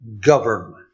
government